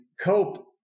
Cope